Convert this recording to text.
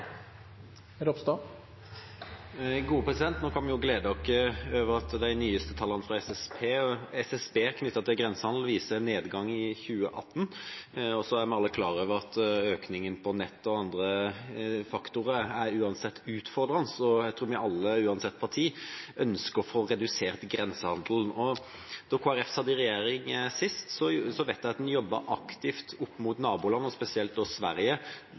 Nå kan vi glede oss over at de nyeste tallene fra SSB knyttet til grensehandel viser en nedgang i 2018, men vi er alle klar over at økningen på nettet og andre faktorer uansett er utfordrende. Jeg tror vi alle, uansett parti, ønsker å få redusert grensehandelen. Da Kristelig Folkeparti satt i regjering sist, vet jeg at en jobbet aktivt med naboland, spesielt Sverige,